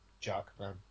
Jackman